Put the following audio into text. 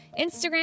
Instagram